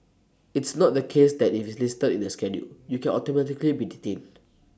it's not the case that if listed in the schedule you can automatically be detained